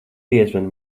piezvani